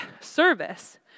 service—